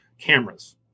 cameras